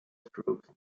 stroke